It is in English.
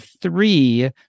three